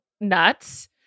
nuts